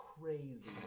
crazy